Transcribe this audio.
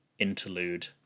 interlude